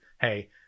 Hey